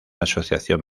asociación